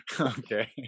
Okay